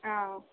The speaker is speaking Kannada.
ಹಾಂ